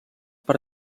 per